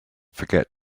forget